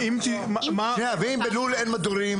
ואם בלול אין מדורים?